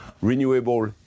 Renewable